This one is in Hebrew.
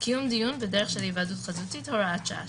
"קיום דיון בדרך של היוועדות חזותית, הוראת שעה.